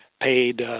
paid